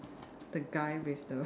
the guy with the